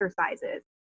exercises